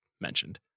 mentioned